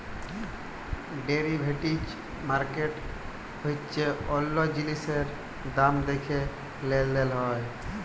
derivative market হচ্যে অল্য জিলিসের দাম দ্যাখে লেলদেল হয়